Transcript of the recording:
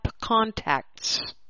contacts